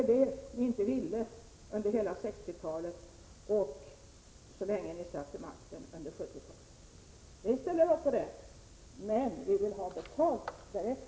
För det ville ni inte under hela 60-talet och så länge ni satt vid makten under 70-talet. Vi ställer upp på detta, men vi vill ha betalt därefter.